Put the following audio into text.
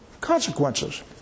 consequences